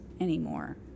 anymore